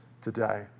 today